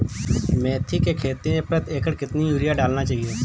मेथी के खेती में प्रति एकड़ कितनी यूरिया डालना चाहिए?